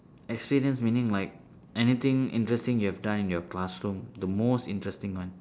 experience meaning like anything interesting you have done in your classroom the most interesting one